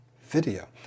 video